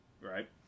right